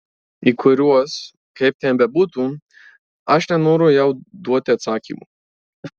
į kuriuos kaip ten bebūtų aš nenoriu jau duoti atsakymų